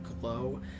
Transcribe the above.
glow